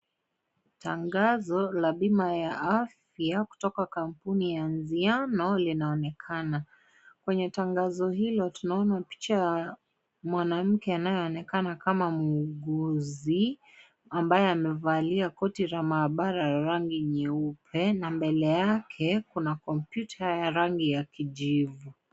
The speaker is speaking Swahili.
Tangazo ylla bila ya afya kutoka kampuni ya nziano inaonekana. kwenye tangazo hilo tunaona picha ya mwanamke anayeonekana kama muuguzi ambaye amevalia koti rasmi ya maabara ya rangi nyeupe na mbele yake kuna kompyuta ya rangi ya kijivu.